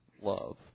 love